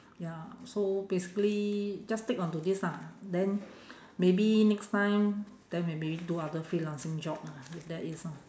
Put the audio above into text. ya so basically just stick onto this lah then maybe next time then maybe do other freelancing job lah if there is ah